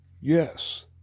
Yes